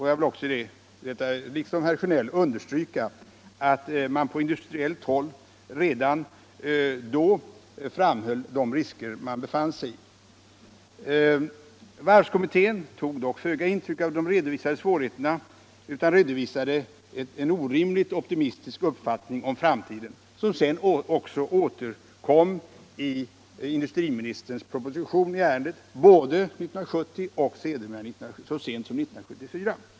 Jag vill också, liksom herr Sjönell, understryka att man på industriellt håll redan då framhöll de risker man befann sig i. Varvskommittén tog dock föga intryck av de redovisade svårigheterna utan intog en orimligt optimistisk uppfattning om framtiden, vilken sedan också återkom i industriministerns propositioner i ärendet både 1970 och så sent som 1974.